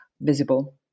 visible